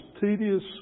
tedious